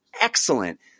excellent